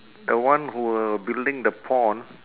the one who uh building the pond